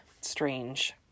strange